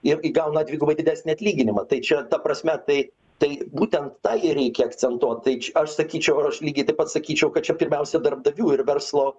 irgi gauna dvigubai didesnį atlyginimą tai čia ta prasme tai tai būtent tą ir reikia akcentuot tai čia aš sakyčiau aš lygiai taip pat sakyčiau kad čia pirmiausia darbdavių ir verslo